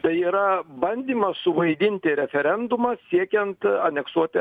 tai yra bandymas suvaidinti referendumą siekiant aneksuoti